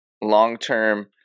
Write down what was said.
long-term